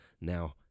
Now